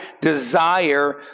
desire